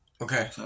Okay